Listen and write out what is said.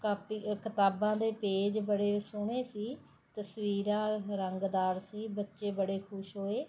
copy ਕਿਤਾਬਾਂ ਦੇ page ਬੜੇ ਸੋਹਣੇ ਸੀ ਤਸਵੀਰਾਂ ਰੰਗਦਾਰ ਸੀ ਬੱਚੇ ਬੜੇ ਖੁਸ਼ ਹੋਏ